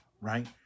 right